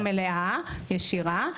המלאה באופן ישיר,